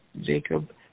Jacob